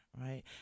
right